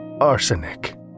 arsenic